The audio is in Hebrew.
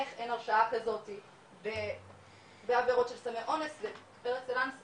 איך אין הרשעה כזאתי בעבירות של סמי אונס פר-אקסלנס הרעלה,